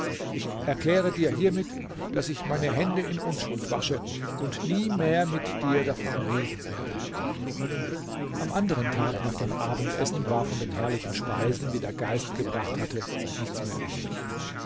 ich erkläre dir hiermit daß ich meine hände in unschuld wasche und nie mehr mit dir davon reden werden am anderen tag nach dem abendessen war von den herrlichen speisen die der geist gebracht hatte nichts mehr übrig